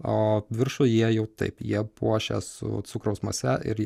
o viršų jie jau taip jie puošia su cukraus mase ir